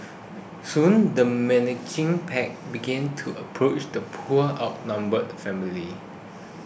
soon the menacing pack began to approach the poor outnumbered family